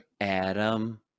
Adam